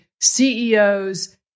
CEOs